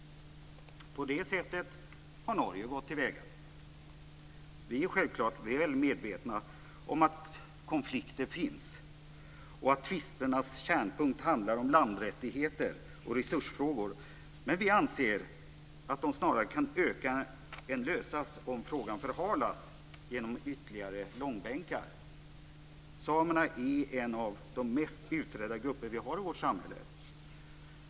På det sättet har Norge gått till väga. Vi är självklart väl medvetna om att konflikter finns och att tvisternas kärnpunkt handlar om landrättigheter och resursfrågor, men vi anser att dessa konflikter snarare kan öka än lösas om frågan förhalas genom ytterligare långbänkar. Samerna är en av de mest utredda grupper vi har i vårt samhälle.